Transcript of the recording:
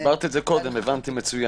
הסברת את זה קודם, הבנתי מצוין.